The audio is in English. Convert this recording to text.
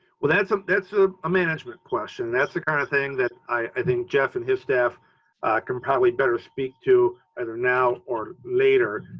well, that's um a ah management question, and that's the kind of thing that i think jeff and his staff can probably better speak to either now or later.